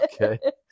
Okay